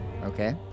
Okay